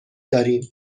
داریم